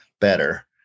better